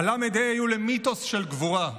הל"ה היו למיתוס של גבורה,